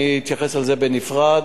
אני אתייחס לזה בנפרד.